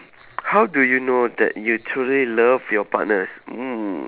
how do you know that you truly love your partners mm